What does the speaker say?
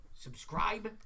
subscribe